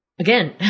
Again